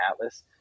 Atlas